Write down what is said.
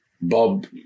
Bob